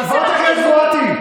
חברת הכנסת מואטי,